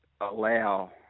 allow